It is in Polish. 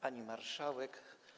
Pani Marszałek!